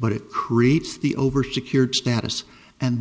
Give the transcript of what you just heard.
but it creates the over secured status and